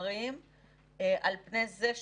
אני לא יודעת אם לקחת או לא לקחת חלק בדיון קודם.